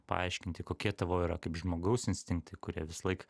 paaiškinti kokie tavo yra kaip žmogaus instinktai kurie visąlaik